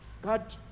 God